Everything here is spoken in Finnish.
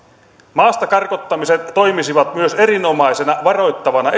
maasta karkottamiset toimisivat myös erinomaisina varoittavina